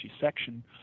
section